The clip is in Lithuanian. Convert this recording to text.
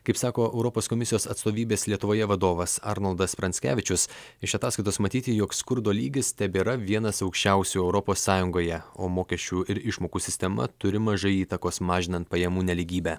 kaip sako europos komisijos atstovybės lietuvoje vadovas arnoldas pranckevičius iš ataskaitos matyti jog skurdo lygis tebėra vienas aukščiausių europos sąjungoje o mokesčių ir išmokų sistema turi mažai įtakos mažinant pajamų nelygybę